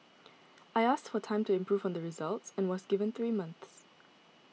I asked for time to improve on the results and was given three months